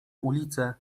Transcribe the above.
ulice